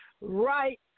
Right